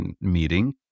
meeting